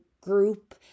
group